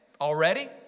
already